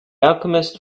alchemist